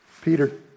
Peter